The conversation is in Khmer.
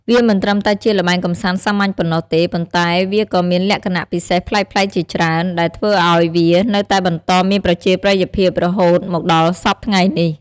វាមិនត្រឹមតែជាល្បែងកម្សាន្តសាមញ្ញប៉ុណ្ណោះទេ ប៉ុន្តែវាក៏មានលក្ខណៈពិសេសប្លែកៗជាច្រើន ដែលធ្វើឱ្យវានៅតែបន្តមានប្រជាប្រិយភាពរហូតមកដល់សព្វថ្ងៃនេះ។